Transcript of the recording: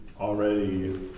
already